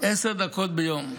עשר דקות ביום.